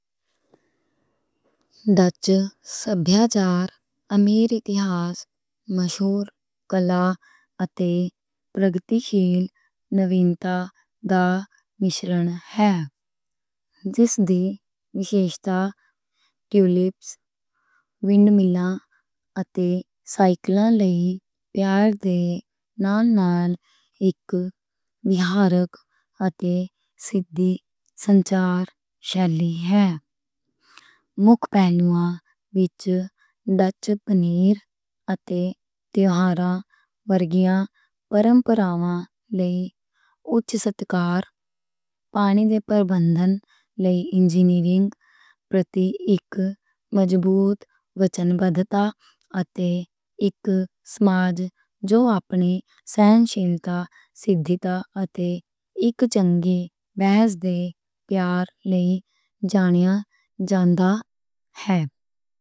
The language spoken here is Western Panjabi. ڈچ ثقافت اپنی تاریخ، مشہور فلموں، اور ترقی پسند نوینتا دا ملاپ ہے۔ جس دی خصوصیت ٹولپس، ونڈ ملز اتے سائکل لئی پیار دے ناں نال اک دلکش اتے سادہ سنچار ہے۔ مکھ پہنواں وِچ ڈچ پنیران اتے تہواراں ورگیاں روایتاں لئی اعلیٰ قدر دِتی جاندی ہے اتے پانی دے پرابندھن لئی انجینیئرنگ دی مضبوط وابستگی ہے۔ ایہ سماج جو اپنی برداشت دی گواہی اتے ایک واد ودھ دے پیار لئی جانیا جاندا ہے۔